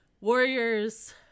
Warriors